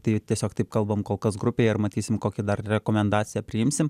tai tiesiog taip kalbam kol kas grupėje ir matysim kokią dar rekomendaciją priimsim